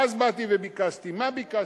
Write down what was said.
ואז באתי וביקשתי, מה ביקשתי?